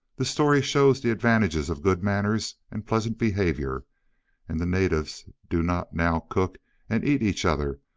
the story shows the advantages of good manners and pleasant behaviour and the natives do not now cook and eat each other,